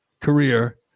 career